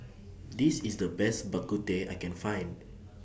This IS The Best Bak Kut Teh I Can Find